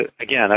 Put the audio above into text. again